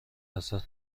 ازتون